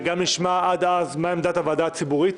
גם נשמע עד אז מה עמדת הוועדה הציבורית.